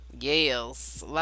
Yes